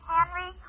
Henry